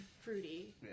fruity